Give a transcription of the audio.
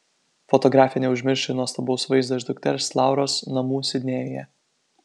fotografė neužmirš ir nuostabaus vaizdo iš dukters lauros namų sidnėjuje